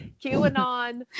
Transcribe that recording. QAnon